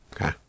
okay